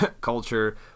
culture